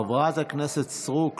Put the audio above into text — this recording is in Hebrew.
חברת הכנסת סטרוק.